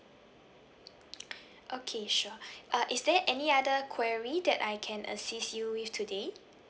okay sure uh is there any other query that I can assist you with today